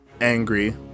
angry